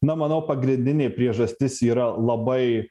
na manau pagrindinė priežastis yra labai